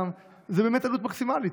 זה באמת עלות מקסימלית,